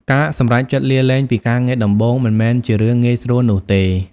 ការសម្រេចចិត្តលាលែងពីការងារដំបូងមិនមែនជារឿងងាយស្រួលនោះទេ។